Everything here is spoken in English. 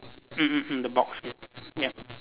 mm mm mm the box ya ya